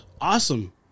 Awesome